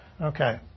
Okay